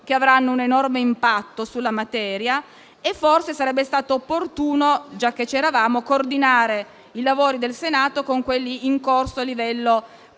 che avranno un enorme impatto sulla materia e forse sarebbe stato opportuno (già che c'eravamo) coordinare i lavori del Senato con quelli in corso a livello comunitario